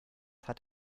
hat